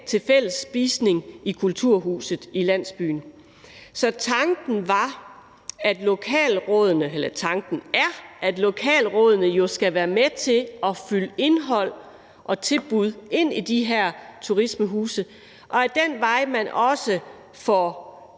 til fællesspisning i kulturhuset i landsbyen. Så tanken er, at lokalområderne skal være med til at fylde indhold og tilbud ind i de her turismehuse, og at man ad den vej også får